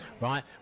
right